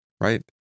right